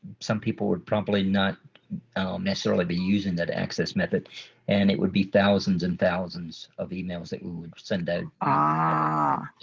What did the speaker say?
some people would probably not necessarily be using that access method and it would be thousands and thousands of emails that we send ah ah